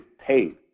paid